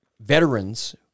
veterans